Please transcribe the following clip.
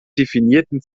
definierten